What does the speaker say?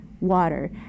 water